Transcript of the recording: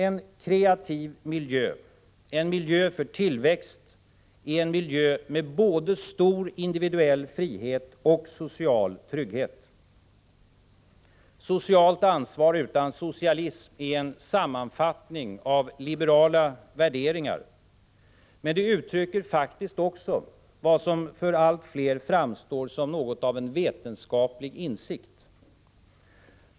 En kreativ miljö, en miljö för tillväxt, är en miljö med både stor individuell frihet och social trygghet. Socialt ansvar utan socialism är en sammanfattning av liberala värderingar, men den uttrycker också vad som för allt fler framstår som en vetenskaplig insikt.